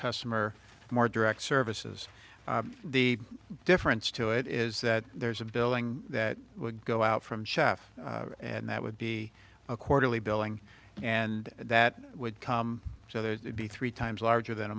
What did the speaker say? customer more direct services the difference to it is that there's a billing that would go out from chef and that would be a quarterly billing and that would come so there would be three times larger than a